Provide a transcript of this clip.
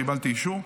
קיבלתי אישור.